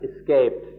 escaped